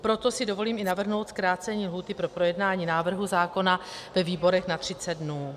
Proto si dovolím i navrhnout zkrácení lhůty pro projednání návrhu zákona ve výborech na 30 dnů.